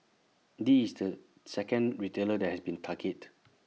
this is the second retailer that has been targeted